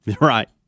right